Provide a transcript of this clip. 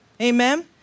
Amen